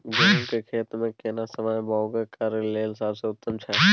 गहूम के खेती मे केना समय बौग करय लेल सबसे उत्तम छै?